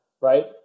right